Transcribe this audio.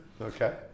Okay